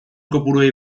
kopuruei